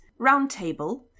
Roundtable